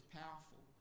powerful